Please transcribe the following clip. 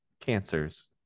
cancers